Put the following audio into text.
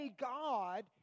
God